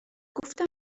گفتم